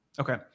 Okay